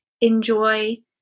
enjoy